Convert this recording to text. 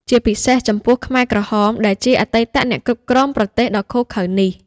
ជាពិសេសចំពោះខ្មែរក្រហម ដែលជាអតីតអ្នកគ្រប់គ្រងប្រទេសដ៏ឃោរឃៅនេះ ។